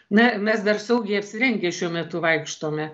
na mes dar saugiai apsirengę šiuo metu vaikštome